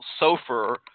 Sofer